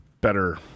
better